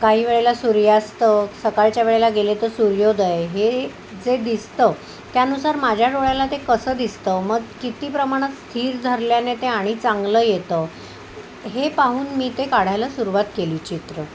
काही वेळेला सूर्यास्त सकाळच्या वेळेला गेले तर सूर्योदय हे जे दिसतं त्यानुसार माझ्या डोळ्याला ते कसं दिसतं मग किती प्रमाणात स्थिर धरल्याने ते आणि चांगलं येतं हे पाहून मी ते काढायला सुरुवात केली चित्र